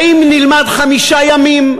האם נלמד חמישה ימים?